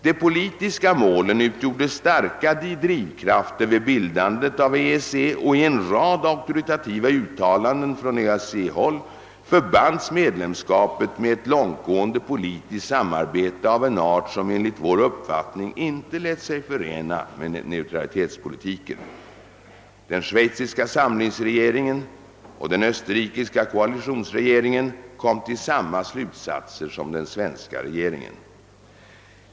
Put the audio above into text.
De politiska målen utgjorde starka drivkrafter vid bildandet av EEC, och i en rad auktoritativa uttalanden från EEC håll förbands medlemskapet med ett långtgående politiskt samarbete av en art som enligt vår uppfattning inte lät sig förenas med neutralitetspolitiken. ringen kom till samma slutsatser som den svenska regeringen.